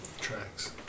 Tracks